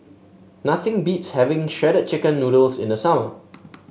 nothing beats having Shredded Chicken Noodles in the summer